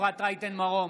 אפרת רייטן מרום,